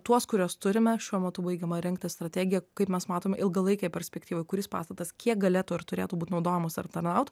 tuos kuriuos turime šiuo metu baigiama rengti strategija kaip mes matome ilgalaikėje perspektyvoj kuris pastatas kiek galėtų ir turėtų būt naudojamas ar tarnaut